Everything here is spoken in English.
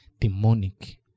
demonic